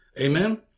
Amen